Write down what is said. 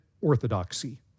orthodoxy